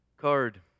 card